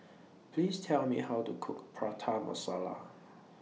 Please Tell Me How to Cook Prata Masala